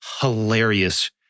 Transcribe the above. Hilarious